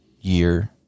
year